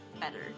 better